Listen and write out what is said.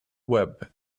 web